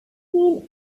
keen